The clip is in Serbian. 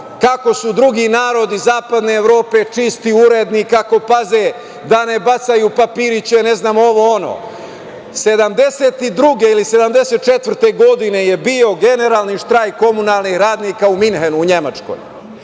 kako su drugi narodi iz Zapadne Evrope, čisti, uredni, kako paze da ne bacaju papiriće, ne znam, ovo ono. Godine 1972. ili 1974. je bio generalni štrajk komunalnih radnika u Minhenu u Nemačkoj.